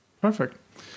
Perfect